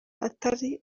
atari